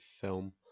film